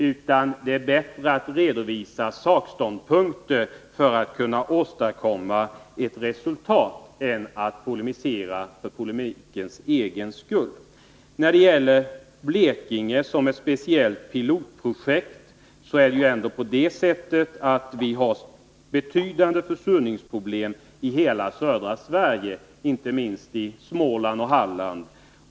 Vill man åstadkomma resultat är det bättre att redovisa sakliga ståndpunkter än att polemisera för polemikens egen skull. När det gäller frågan om Blekinge som ett speciellt försöksområde för pilotprojekt är det ju ändå på det sättet att vi inte bara där, utan i hela södra Sverige har betydande försurningsproblem, inte minst i Småland och Halland.